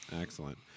Excellent